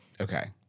Okay